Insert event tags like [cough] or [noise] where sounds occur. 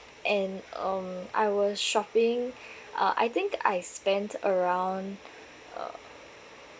and um I was shopping [breath] uh I think I spent around uh